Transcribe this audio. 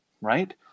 right